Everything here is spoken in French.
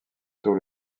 tôt